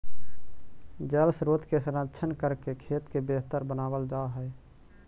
जलस्रोत के संरक्षण करके खेत के बेहतर बनावल जा हई